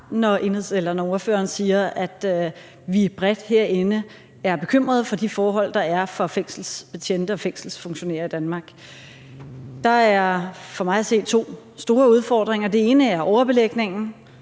når ordføreren siger, at vi bredt herinde er bekymret for de forhold, der er for fængselsbetjente og fængselsfunktionærer i Danmark. Der er for mig at se to store udfordringer. Det ene er overbelægningen.